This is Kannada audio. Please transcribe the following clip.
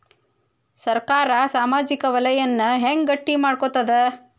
ಸರ್ಕಾರಾ ಸಾಮಾಜಿಕ ವಲಯನ್ನ ಹೆಂಗ್ ಗಟ್ಟಿ ಮಾಡ್ಕೋತದ?